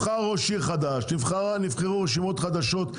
נבחר ראש עיר חדש, נבחרו רשימות חדשות.